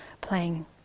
playing